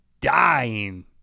dying